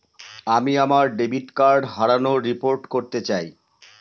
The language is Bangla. আমি আমার ডেবিট কার্ড হারানোর রিপোর্ট করতে চাই